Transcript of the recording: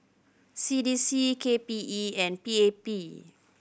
C D C K P E and P A P